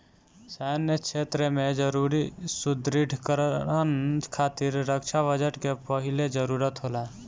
सैन्य क्षेत्र में जरूरी सुदृढ़ीकरन खातिर रक्षा बजट के पहिले जरूरत होला